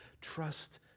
trust